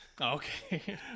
Okay